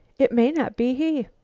it may not be he.